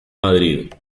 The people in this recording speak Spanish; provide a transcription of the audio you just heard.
madrid